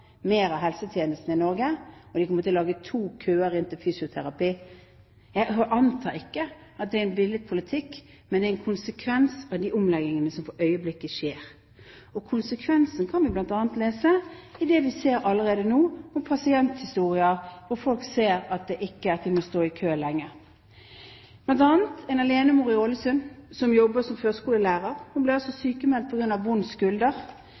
mer av helsetjenestene i Norge, og de kommer til å lage to køer inn til fysioterapi. Jeg antar ikke at det er en villet politikk, men det er en konsekvens av de omleggingene som for øyeblikket skjer. Konsekvensen kan vi bl.a. lese av det vi ser allerede nå, med pasienthistorier der folk ser at det ikke er tingen å stå i kø lenger. Dette gjelder bl.a. en alenemor i Ålesund som jobber som førskolelærer. Hun ble